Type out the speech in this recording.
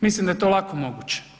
Mislim da je to lako moguće.